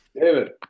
David